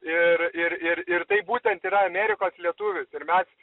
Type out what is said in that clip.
ir ir ir ir tai būtent yra amerikos lietuvis ir mes